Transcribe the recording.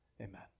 Amen